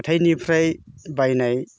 हाथाइनिफ्राय बायनाय